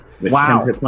Wow